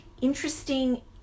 interesting